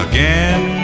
Again